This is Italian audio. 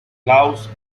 klaus